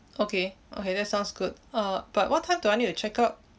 okay okay that sounds good uh but what time do I need to check-out